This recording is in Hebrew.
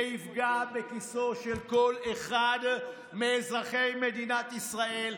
זה יפגע בכיסו של כל אחד מאזרחי מדינת ישראל.